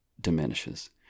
diminishes